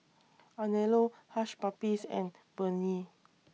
Anello Hush Puppies and Burnie